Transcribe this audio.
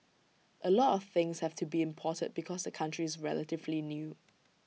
A lot of things have to be imported because the country is relatively new